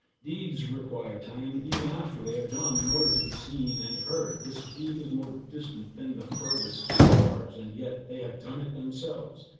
deeds require time, even after they are done, in order to be seen and heard. this deed is more distant than the furthest stars and yet they have done it themselves.